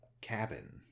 cabin